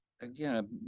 again